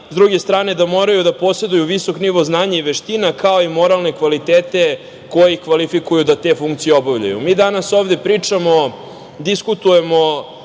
s druge strane, da moraju da poseduju visok nivo znanja i veština, kao i moralne kvalitete koji ih kvalifikuju da te funkcije obavljaju. Mi danas ovde pričamo, diskutujemo